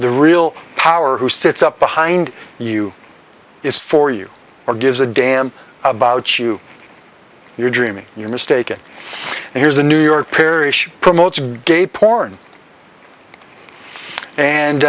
the real power who sits up behind you is for you or gives a damn about you you're dreaming you're mistaken and here's a new york parish promotes gay porn and